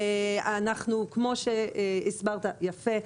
כמו שהסברת יפה,